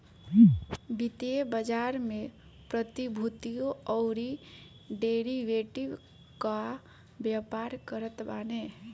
वित्तीय बाजार में प्रतिभूतियों अउरी डेरिवेटिव कअ व्यापार करत बाने